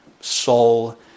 soul